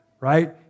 right